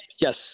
Yes